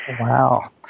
Wow